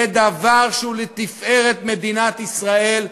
זה דבר שהוא לתפארת מדינת ישראל,